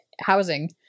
housing